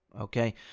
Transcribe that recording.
Okay